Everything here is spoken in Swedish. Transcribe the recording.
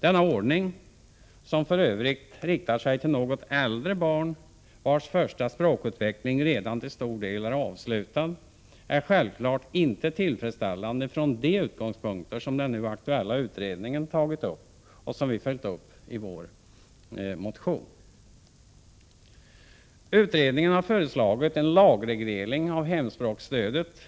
Denna ordning, som för övrigt riktar sig till något äldre barn, vilkas första språkutveckling redan till stor del är avslutad, är självfallet inte tillfredsställande från de utgångspunkter som den aktuella utredningen tagit upp och som vi följt upp i vår motion. Utredningen har föreslagit en lagreglering av hemspråksstödet